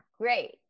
great